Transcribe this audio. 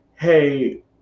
Hey